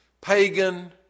pagan